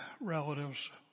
relatives